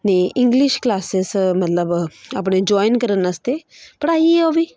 ਨੇ English classes ਮਤਲਬ ਆਪਣੇ ਜੁਆਇਨ ਕਰਨ ਵਾਸਤੇ ਪੜ੍ਹਾਈ ਹੈ ਉਹ ਵੀ